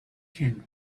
can